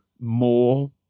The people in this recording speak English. more